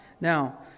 now